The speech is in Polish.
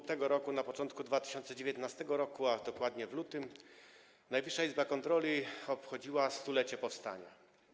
Na początku tego roku, na początku 2019 r., a dokładnie w lutym, Najwyższa Izba Kontroli obchodziła stulecie powstania.